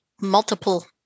multiple